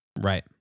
Right